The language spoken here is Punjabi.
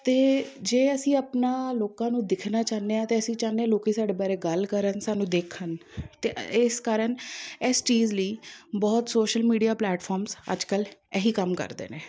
ਅਤੇ ਜੇ ਅਸੀਂ ਆਪਣਾ ਲੋਕਾਂ ਨੂੰ ਦਿਖਣਾ ਚਾਹੁੰਦੇ ਹਾਂ ਅਤੇ ਅਸੀਂ ਚਾਹੁੰਦੇ ਲੋਕ ਸਾਡੇ ਬਾਰੇ ਗੱਲ ਕਰਨ ਸਾਨੂੰ ਦੇਖਣ ਅਤੇ ਇਸ ਕਾਰਨ ਇਸ ਚੀਜ਼ ਲਈ ਬਹੁਤ ਸੋਸ਼ਲ ਮੀਡੀਆ ਪਲੈਟਫੋਮਸ ਅੱਜ ਕੱਲ੍ਹ ਇਹੀ ਕੰਮ ਕਰਦੇ ਨੇ